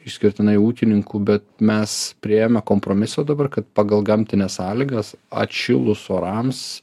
išskirtinai ūkininkų bet mes priėjome kompromisą dabar kad pagal gamtines sąlygas atšilus orams